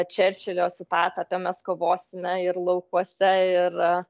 čerčilio citatą apie mes kovosime ir laukuose ir